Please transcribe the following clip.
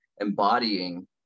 embodying